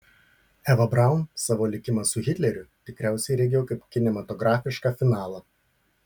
eva braun savo likimą su hitleriu tikriausiai regėjo kaip kinematografišką finalą